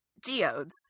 geodes